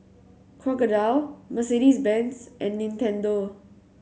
Crocodile Mercedes Benz and Nintendo